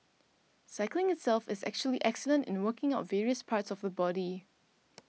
cycling itself is actually excellent in working out various parts of the body